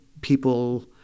people